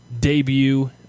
debut